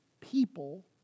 people